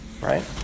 right